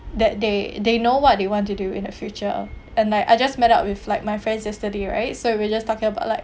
that they they know what they want to do in the future and I I just met up with like my friends yesterday right so we just talking about like